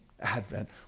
advent